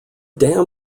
dam